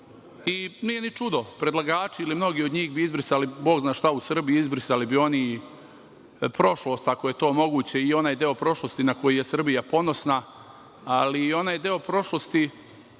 ni čudo, predlagači ili mnogi od njih bi izbrisali bog zna šta u Srbiji. Izbrisali bi oni i prošlost, ako je to moguće, i onaj deo prošlosti na koji je Srbija ponosna, ali i onaj deo prošlosti